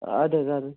آدٕ حظ اَدٕ حظ